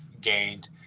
gained